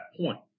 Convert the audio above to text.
point